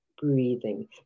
breathing